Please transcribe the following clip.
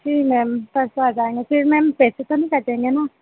जी ma'am परसों आ जाएँगे फिर मैम पैसे तो नहीं कटेंगे ना